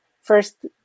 first